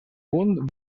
punt